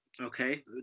Okay